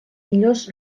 millors